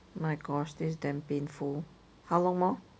my gosh this is damn painful how long more